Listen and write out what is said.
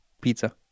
Pizza